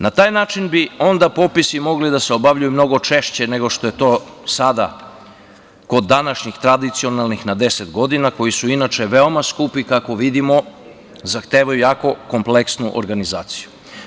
Na taj način bi onda popisi mogli da se obavljaju mnogo češće nego što je to sada kod današnjih tradicionalnih na 10 godina, koji su inače veoma veoma skupi, kao vidimo zahtevaju jako kompleksnu organizaciju.